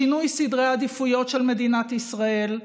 שינוי סדרי העדיפויות של מדינת ישראל,